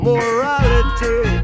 Morality